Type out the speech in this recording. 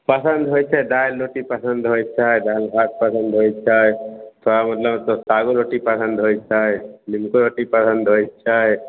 पसन्द होइ छै दालि रोटी पसन्द होइत छै जहन भात पसन्द होइत छै तऽ मतलब सागो रोटी पसन्द होइत छै नीमको रोटी पसन्द होइत छै